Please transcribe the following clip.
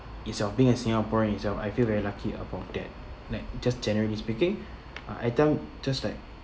instead of being a singaporean itself I feel very lucky about that like just generally speaking uh at time just like